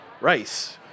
rice